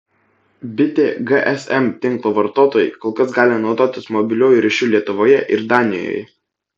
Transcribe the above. bitė gsm tinklo vartotojai kol kas gali naudotis mobiliuoju ryšiu lietuvoje ir danijoje